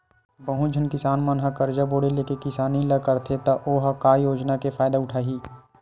बहुत झन किसान मन ह करजा बोड़ी लेके किसानी ल करथे त ओ ह का योजना के फायदा उठाही